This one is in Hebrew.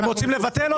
אתם רוצים לבטל?